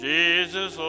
Jesus